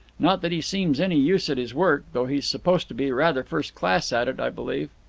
not that he seems any use at his work, though he's supposed to be rather first-class at it, i believe.